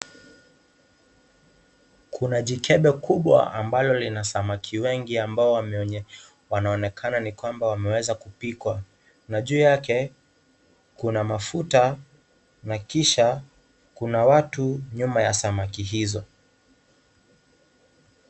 Kuna jikebe kubwa ambalo lina samaki wengi ambao wanaonekana ni kwamba wameweza kupikwa. Na juu yake kuna mafuta na kisha kuna watu nyuma ya samaki hizo.